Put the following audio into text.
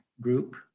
group